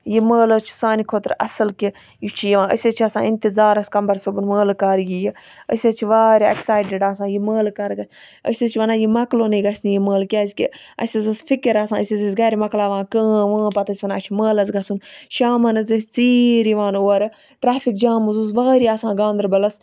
یہِ مٲلہٕ حظ چھُ سانہِ خٲطرٕ اَصل کہِ یہِ چھُ یِوان أسۍ حظ چھِ آسان اِنتِظارَس قَمبَر صٲبُن مٲلہٕ کَر یِیہِ أسۍ حظ چھِ واریاہ ایٚکسَیٹِڑ آسان یہِ مٲلہٕ کَر گَژھِ أسۍ حظ چھِ وَنان یہِ مکلُنٕے گَژھ نہٕ یہِ مٲلہٕ کیازکہِ اَسہِ حظ ٲسۍ فِکر آسان أسۍ حظ ٲسۍ گَرٕ مۄکلاوان کٲم وٲم پَتہٕ ٲسۍ وَنان اَسہِ چھُ مٲلَس گَژھُن شامَن حظ ٲسۍ ژیٖر یِوان اورٕ ٹریفِک جام حظ اوس واریاہ آسان گانٛدَربَلَس